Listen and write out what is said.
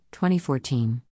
2014